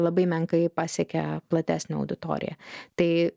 labai menkai pasiekia platesnę auditoriją tai